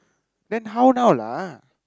then how now lah